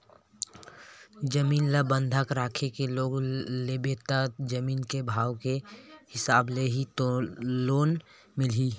जमीन ल बंधक राखके लोन लेबे त जमीन के भाव के हिसाब ले ही लोन मिलही